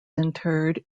interred